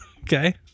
Okay